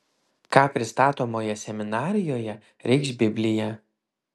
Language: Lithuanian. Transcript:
ką pristatomoje seminarijoje reikš biblija